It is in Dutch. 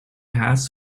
haas